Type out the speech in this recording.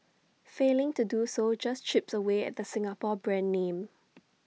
failing to do so just chips away at the Singapore brand name